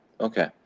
Okay